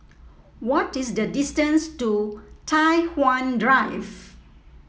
what is the distance to Tai Hwan Drive